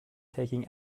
taking